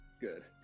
Good